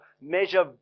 measure